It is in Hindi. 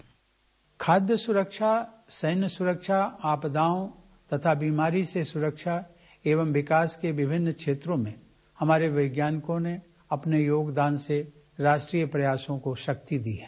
बाइट खाद्य सुरक्षा सैन्य सुरक्षा आपदाओं और बीमारी से सुरक्षा एवं विकास के लिये विभिन्न क्षेत्रों में हमारे वैज्ञानिकों ने अपने योगदान से राष्ट्रीय प्रयासों से शक्ति दी है